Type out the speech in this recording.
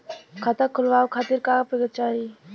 खाता खोलवाव खातिर का का पेपर चाही?